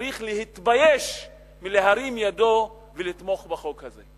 צריך להתבייש להרים ידו ולתמוך בחוק הזה.